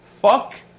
fuck